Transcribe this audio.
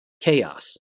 chaos